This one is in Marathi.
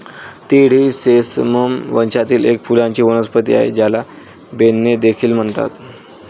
तीळ ही सेसमम वंशातील एक फुलांची वनस्पती आहे, ज्याला बेन्ने देखील म्हणतात